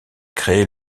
créée